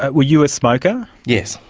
ah were you a smoker? yes.